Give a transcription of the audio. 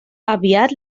aviat